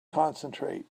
concentrate